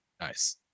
Nice